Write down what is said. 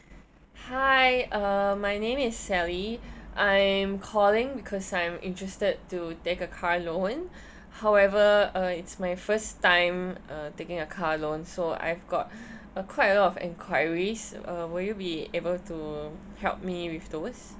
hi uh my name is sally I'm calling because I'm interested to take a car loan however uh it's my first time uh taking a car loan so I've got a quite a lot of enquiries uh will you be able to help me with those